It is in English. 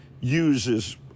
uses